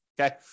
Okay